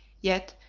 yet,